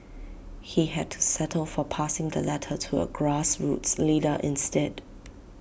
he had to settle for passing the letter to A grassroots leader instead